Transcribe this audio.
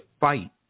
fight